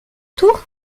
tour